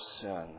sin